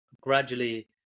gradually